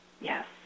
yes